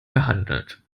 gehandelt